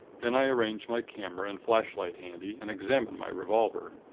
then i arranged my camera and flashlight handy, and examined my revolver.